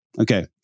Okay